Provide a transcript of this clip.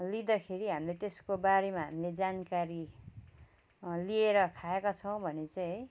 लिँदाखेरि हामीले त्यसको बारेमा हामीले जानकारी लिएर खाएका छौँ भने चाहिँ है